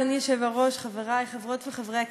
אדוני היושב-ראש, חברי, חברות וחברי הכנסת,